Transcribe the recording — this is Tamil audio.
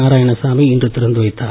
நாராயணசாமி இன்று திறந்து வைத்தார்